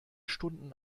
stunden